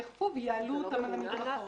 יאכפו ויעלו אותם על המדרכות.